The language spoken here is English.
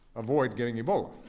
avoid getting ebola?